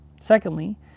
secondly